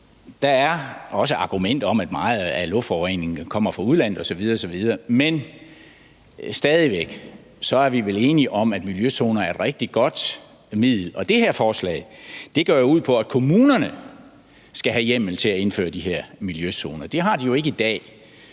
Der er også argumenter om, at meget af luftforureningen kommer fra udlandet osv. osv. Men vi er vel stadig væk enige om at miljøzoner er et rigtig godt middel, og det her forslag går jo ud på, at kommunerne skal have hjemmel til at indføre de her miljøzoner. Det har de jo ikke i dag,